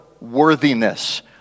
worthiness